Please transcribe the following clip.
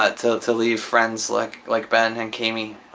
ah to to leave friends like like ben and kami.